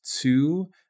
two